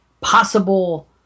possible